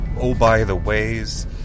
oh-by-the-ways